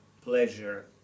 pleasure